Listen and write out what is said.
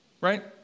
right